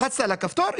לחצת על הכפתור,